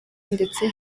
ndetse